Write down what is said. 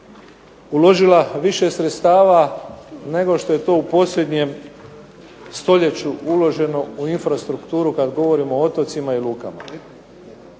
uložila više sredstava nego što je to u posljednjem stoljeću uloženu u infrastrukturu kad govorimo o otocima i lukama.